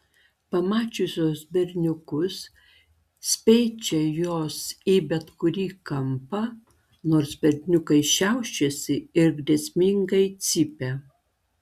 pamačiusios berniukus speičia jos į bet kurį kampą nors berniukai šiaušiasi ir grėsmingai cypia